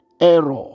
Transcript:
error